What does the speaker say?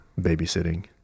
babysitting